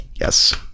Yes